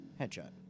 headshot